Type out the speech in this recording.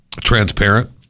Transparent